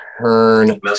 turn